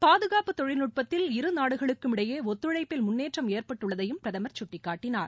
பாதுகாப்பு தொழில்நுட்பத்தில் இரு நாடுகளுக்கும் இடையே ஒத்துழைப்பில் முன்னேற்றம் ஏற்பட்டுள்ளதையும் பிரதமர் குட்டிக்காட்டினார்